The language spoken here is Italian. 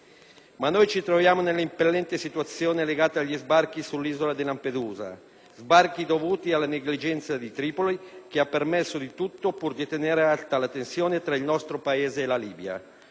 Noi ci troviamo però nell'impellente situazione legata agli sbarchi sull'isola di Lampedusa, dovuti alla negligenza di Tripoli che ha permesso di tutto pur di tenere alta la tensione tra il nostro Paese e la Libia.